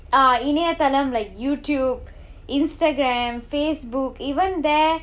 ah இணையதளம்: inaiyathalam like YouTube Instagram Facebook even there